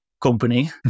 company